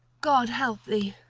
god help thee,